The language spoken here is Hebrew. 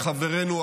חברינו,